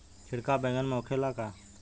छिड़काव बैगन में होखे ला का?